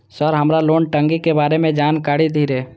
Sir हमरा loan टंगी के बारे में जान कारी धीरे?